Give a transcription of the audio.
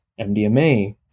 mdma